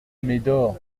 médor